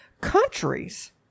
countries